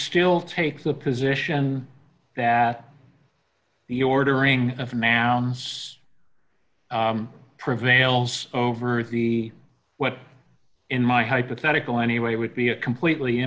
still take the position that the ordering of mounds prevails over the web in my hypothetical anyway would be a completely